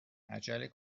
عجله